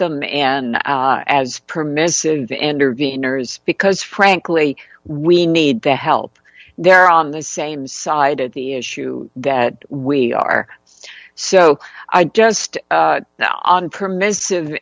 them and as permissive enter gainers because frankly we need their help they're on the same side of the issue that we are so i just now on permissive